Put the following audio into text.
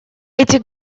эти